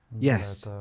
yes,